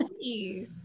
please